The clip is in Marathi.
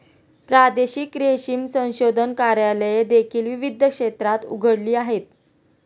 प्रादेशिक रेशीम संशोधन कार्यालये देखील विविध क्षेत्रात उघडली आहेत